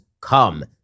come